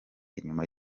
inyuma